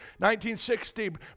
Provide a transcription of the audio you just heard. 1960